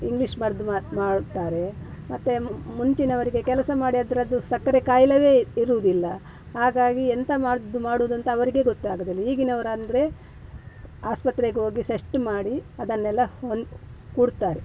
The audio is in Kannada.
ಇಂಗ್ಲಿಷ್ ಮದ್ದು ಮಾಡುತ್ತಾರೆ ಮತ್ತೆ ಮುಂಚಿನವರಿಗೆ ಕೆಲಸ ಮಾಡಿ ಅದರದ್ದು ಸಕ್ಕರೆ ಕಾಯಿಲೆ ಇರುವುದಿಲ್ಲ ಹಾಗಾಗಿ ಎಂತ ಮದ್ದು ಮಾಡುವುದಂತ ಅವರಿಗೆ ಗೊತ್ತಾಗೋದಿಲ್ಲ ಈಗಿನವರೆಂದ್ರೆ ಆಸ್ಪತ್ರೆಗೋಗಿ ಸೆಸ್ಟ್ ಮಾಡಿ ಅದನ್ನೆಲ್ಲ ಹೊನ್ ಹೂಡ್ತಾರೆ